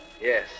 Yes